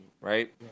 right